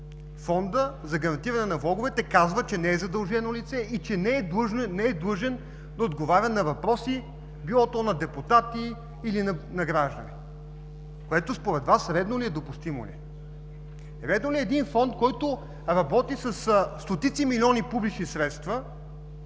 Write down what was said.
Фондът за гарантиране на влоговете казва, че не е задължено лице и не е длъжно да отговаря на въпроси било то на депутати, или граждани. Според Вас редно ли е, допустимо ли е? Редно ли е един Фонд, който работи със стотици милиони публични средства,